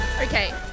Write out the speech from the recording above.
Okay